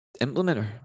implementer